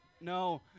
No